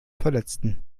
verletzten